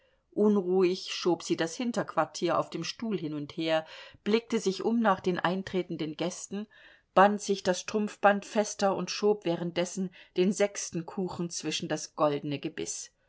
unruhig schob sie das hinterquartier auf dem stuhl hin und her blickte sich um nach den eintretenden gästen band sich das strumpfband fester und schob währenddessen den sechsten kuchen zwischen das goldne gebiß